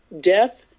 death